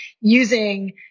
using